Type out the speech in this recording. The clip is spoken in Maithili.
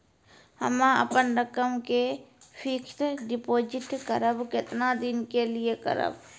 हम्मे अपन रकम के फिक्स्ड डिपोजिट करबऽ केतना दिन के लिए करबऽ?